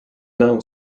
now